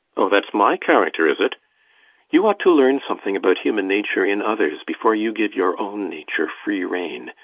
oh, that's my character, is it you ought to learn something about human nature in others before you give your own nature free rein.